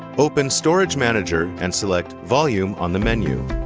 open storage manager and select volume on the menu.